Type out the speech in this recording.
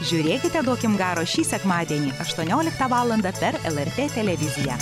žiūrėkite duokim garo šį sekmadienį aštuonioliktą valandą per lrt televiziją